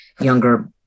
Younger